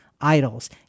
idols